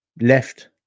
left